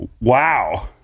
Wow